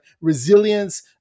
resilience